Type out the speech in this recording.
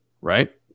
right